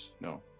No